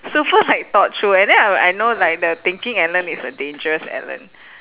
super like thought through and then I I know like the thinking alan is a dangerous alan